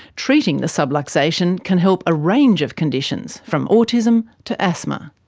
treating the subluxation can help a range of conditions, from autism to asthma.